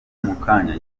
mukanya